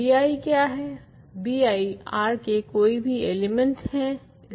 ओर bi क्या हैं bi R के कोई भी एलिमेंट हैं